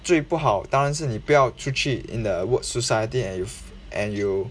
最不好当然是你不要出去 in the work society and you and you